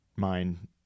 mind